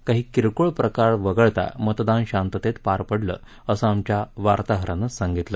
काही किरकोळ प्रकार वगळता मतदान शांततेत पार पडलं असं आमच्या वार्ताहरानं सांगितलं